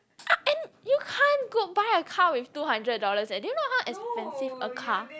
and you can't go buy a car with two hundred dollars eh do you know how expensive a car